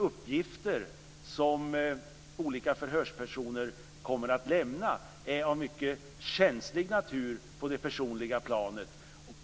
Uppgifter som olika förhörspersoner kommer att lämna är också av mycket känslig natur på det personliga planet.